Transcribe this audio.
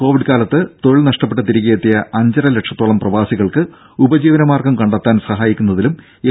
Covid കാലത്ത് തൊഴിൽ നഷ്ടപ്പെട്ട് തിരികെയെത്തിയ അഞ്ചരലക്ഷത്തോളം പ്രവാസികൾക്ക് ഉപജീവനമാർഗം കണ്ടെത്താൻ സഹായിക്കുന്നതിലും എൽ